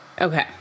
Okay